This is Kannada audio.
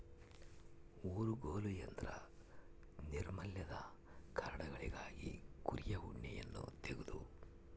ಊರುಗೋಲು ಎಂದ್ರ ನೈರ್ಮಲ್ಯದ ಕಾರಣಗಳಿಗಾಗಿ ಕುರಿಯ ಉಣ್ಣೆಯನ್ನ ತೆಗೆದು